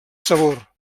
sabor